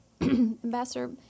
Ambassador